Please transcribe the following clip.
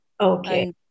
Okay